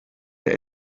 der